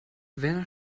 werner